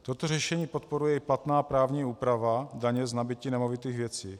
Toto řešení podporuje i platná právní úprava daně z nabytí nemovitých věcí.